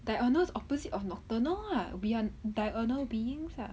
diurnal opposite of nocturnal lah we are diurnal beings lah